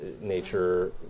nature